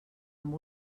amb